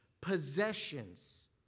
possessions